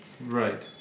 Right